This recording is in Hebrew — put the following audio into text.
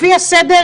בבקשה.